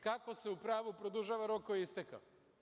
Kako se u pravu produžava rok koji je istekao?